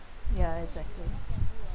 ya exactly